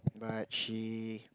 but she